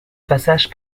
passage